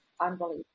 unbelievable